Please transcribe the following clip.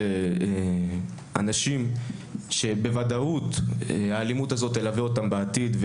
זה אנשים שבוודאות האלימות הזאת תלווה אותם בעתיד,